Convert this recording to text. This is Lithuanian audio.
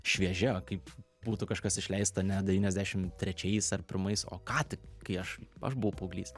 šviežia kaip būtų kažkas išleista ne devyniasdešim trečiais ar pirmais o ką tik kai aš aš buvau paauglys